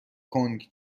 کنگ